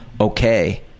okay